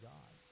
God